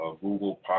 Google